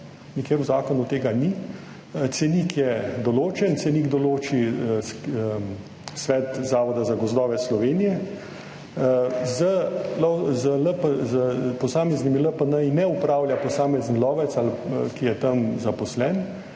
Nikjer v zakonu tega ni. Cenik je določen. Cenik določi svet Zavoda za gozdove Slovenije. S posameznimi LPN ne upravlja posamezen lovec, ki je tam zaposlen,